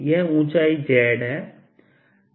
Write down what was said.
यह ऊंचाई z है